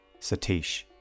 Satish